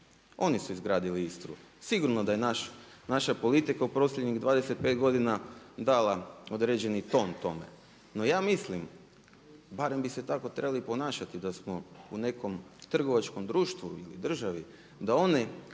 oni su izgradili Istru. Sigurno da je naša politika u posljednjih 25 godina dala određeni ton tome. No ja mislim, barem bi se tako trebali ponašati da smo u nekom trgovačkom društvu ili državi da onaj